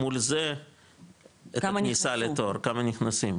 מול זה כמה נכסים,